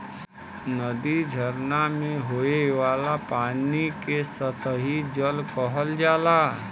नदी, झरना में होये वाला पानी के सतही जल कहल जाला